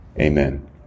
Amen